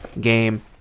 game